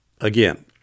Again